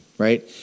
right